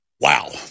wow